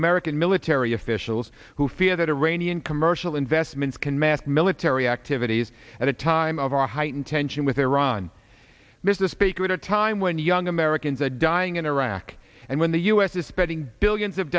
american military officials who fear that iranian commercial investments can mask military activities at a time of a heightened tension with iran mr speaker at a time when young americans are dying in iraq and when the u s is spending billions of